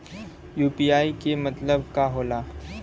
UPI के मतलब का होला?